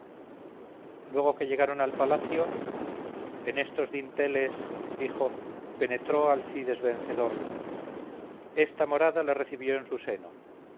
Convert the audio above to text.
luego que llegaron al palacio en estos dinteles dijo penetró alcides vencedor esta morada le recibió en su seno